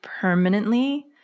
permanently